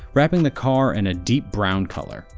wrapping the car in a deep brown color.